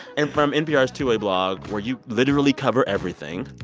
and from npr's two-way blog, where you literally cover everything,